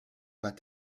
pas